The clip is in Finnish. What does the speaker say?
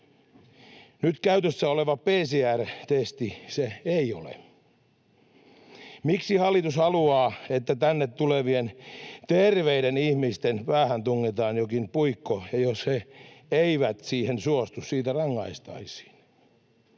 Nyt käytössä oleva PCR-testi se ei ole. Miksi hallitus haluaa, että tänne tulevien terveiden ihmisten päähän tungetaan jokin puikko ja jos he eivät siihen suostu, siitä rangaistaisiin?